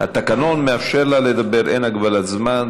התקנון מאפשר לה לדבר, אין הגבלת זמן.